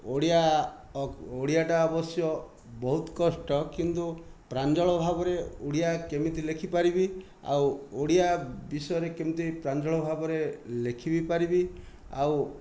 ଓଡ଼ିଆ ଓଡ଼ିଆଟା ଅବଶ୍ୟ ବହୁତ କଷ୍ଟ କିନ୍ତୁ ପ୍ରାଞ୍ଜଳ ଭାବରେ ଓଡ଼ିଆ କେମିତି ଲେଖି ପାରିବି ଆଉ ଓଡ଼ିଆ ବିଷୟରେ କେମିତି ପ୍ରାଞ୍ଜଳ ଭାବରେ ଲେଖି ବି ପାରିବି ଆଉ